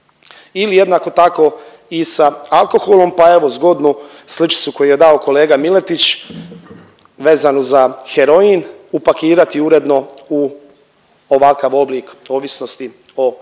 ili jednako tako i sa alkoholom, pa evo zgodnu sličicu koju je dao kolega Miletić vezanu za heroin, upakirati uredno u ovakav oblik ovisnosti o kockanju.